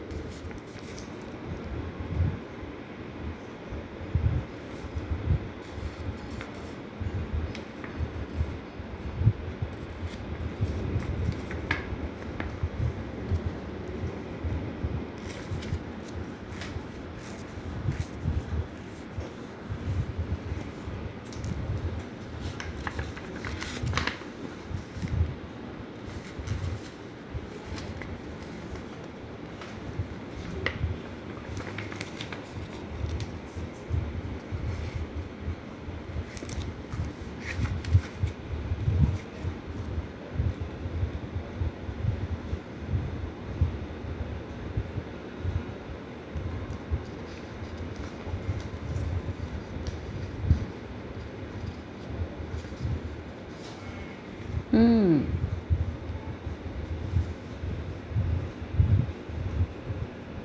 mm